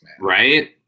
Right